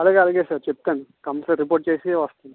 అలాగే అలాగే సార్ చెప్తాను కంపల్సరీ రిపోర్ట్ చేసి వస్తాను